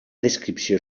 descripció